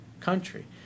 country